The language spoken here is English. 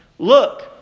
Look